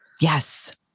Yes